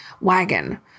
wagon